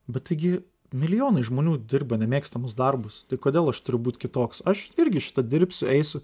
bet taigi milijonai žmonių dirba nemėgstamus darbus tai kodėl aš turiu būt kitoks aš irgi šitą dirbsiu eisiu